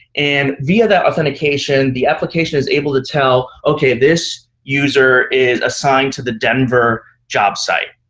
and via that authentication, the application is able to tell, okay, this user is assigned to the denver job site.